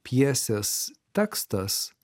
pjesės tekstas